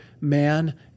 man